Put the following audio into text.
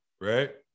right